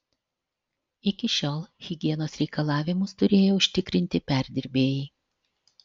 iki šiol higienos reikalavimus turėjo užtikrinti perdirbėjai